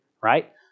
Right